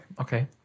okay